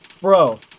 Bro